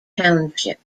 township